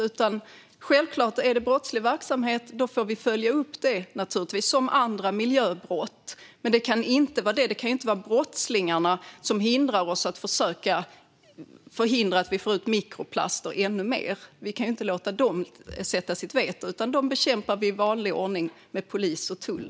Om det handlar om brottslig verksamhet får vi naturligtvis följa upp det som vid andra miljöbrott. Men det kan inte vara brottslingarna som hindrar oss från att försöka förhindra att det kommer ut ännu mer mikroplaster. Vi kan inte låta brottslingar lägga in sitt veto, utan dem bekämpar vi i vanlig ordning med polis och tull.